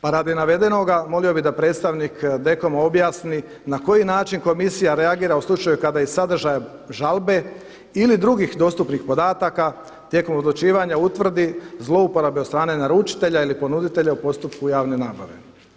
Pa radi navedenoga molio bih da predstavnik DKOM-a objasni na koji način komisija reagira u slučaju kada iz sadržaja žalbe ili drugih dostupnih podataka tijekom odlučivanja utvrdi zlouporabe od strane naručitelja ili ponuditelja u postupku javne nabave.